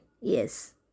Yes